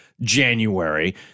January